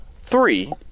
three